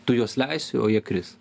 tu juos leisi o jie kris